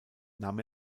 nahm